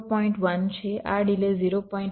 1 છે આ ડિલે 0